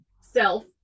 self